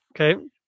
Okay